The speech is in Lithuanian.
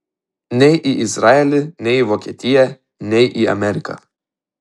nei į izraelį nei į vokietiją nei į ameriką